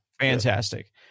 Fantastic